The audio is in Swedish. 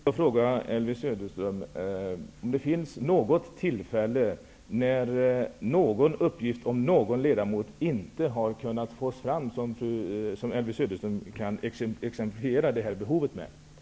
Fru talman! Jag vill fråga Elvy Söderström om det vid något tillfälle varit så, att en uppgift om en ledamot inte har kunnat tas fram. Kan Elvy Söderström alltså ge något exempel som visar på behovet av en sådan här regel?